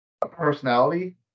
personality